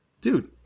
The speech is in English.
Dude